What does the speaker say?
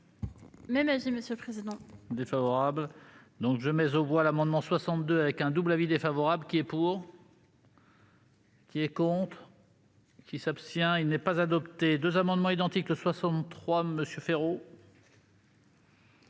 M. le président